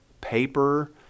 paper